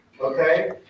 okay